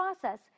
process